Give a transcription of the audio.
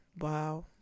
Wow